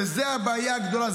וזאת הבעיה הגדולה.